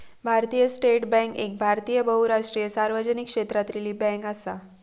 भारतीय State Bank एक भारतीय बहुराष्ट्रीय सार्वजनिक क्षेत्रातली बॅन्क असा